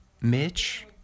Mitch